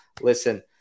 Listen